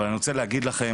אבל אני רוצה להגיד לכם